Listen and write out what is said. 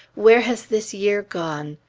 where has this year gone?